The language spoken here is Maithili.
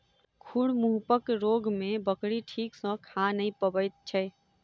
खुर मुँहपक रोग मे बकरी ठीक सॅ खा नै पबैत छै